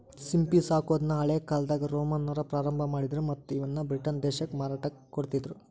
ಸಿಂಪಿ ಸಾಕೋದನ್ನ ಹಳೇಕಾಲ್ದಾಗ ರೋಮನ್ನರ ಪ್ರಾರಂಭ ಮಾಡಿದ್ರ ಮತ್ತ್ ಇವನ್ನ ಬ್ರಿಟನ್ ದೇಶಕ್ಕ ಮಾರಾಟಕ್ಕ ಕೊಡ್ತಿದ್ರು